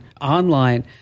online